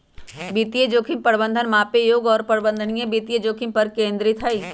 वित्तीय जोखिम प्रबंधन मापे योग्य और प्रबंधनीय वित्तीय जोखिम पर केंद्रित हई